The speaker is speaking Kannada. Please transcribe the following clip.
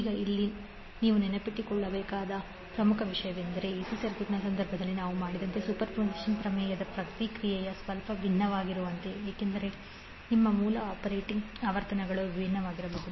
ಈಗ ಇಲ್ಲಿ ನೀವು ನೆನಪಿನಲ್ಲಿಟ್ಟು ಕೊಳ್ಳಬೇಕಾದ ಪ್ರಮುಖ ವಿಷಯವೆಂದರೆ ಎಸಿ ಸರ್ಕ್ಯೂಟ್ನ ಸಂದರ್ಭದಲ್ಲಿ ನಾವು ಮಾಡಿದಂತೆ ಸೂಪರ್ಪೋಸಿಷನ್ ಪ್ರಮೇಯದ ಪ್ರಕ್ರಿಯೆಯು ಸ್ವಲ್ಪ ಭಿನ್ನವಾಗಿರುತ್ತದೆ ಏಕೆಂದರೆ ನಿಮ್ಮ ಮೂಲ ಆಪರೇಟಿಂಗ್ ಆವರ್ತನಗಳು ವಿಭಿನ್ನವಾಗಿರಬಹುದು